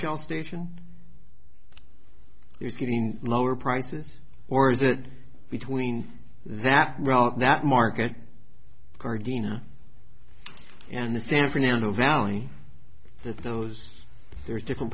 shell station he's getting lower prices or is it between that route that market gardenia and the san fernando valley that those there's different